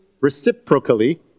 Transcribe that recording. reciprocally